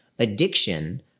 addiction